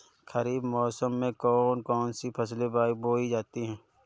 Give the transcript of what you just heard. खरीफ मौसम में कौन कौन सी फसलें बोई जाती हैं?